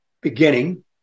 beginning